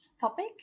topic